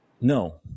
No